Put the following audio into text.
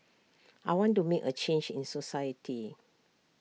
I want to make A change in society